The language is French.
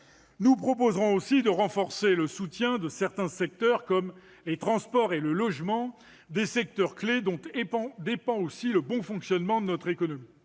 Nous proposerons aussi de renforcer le soutien à certains secteurs, comme les transports et le logement, des secteurs clés dont dépend aussi le bon fonctionnement de notre économie.